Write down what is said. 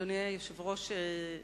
אדוני היושב-ראש,